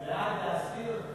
בעד, להסיר?